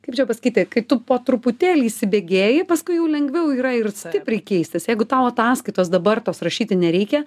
kaip čia pasakyti kai tu po truputėlį įsibėgėji paskui jau lengviau yra ir stipriai keistis jeigu tau ataskaitos dabar tos rašyti nereikia